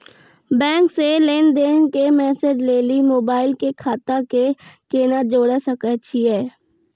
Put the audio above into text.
Bank से लेंन देंन के मैसेज लेली मोबाइल के खाता के केना जोड़े सकय छियै?